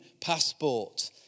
passport